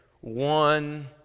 one